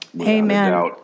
Amen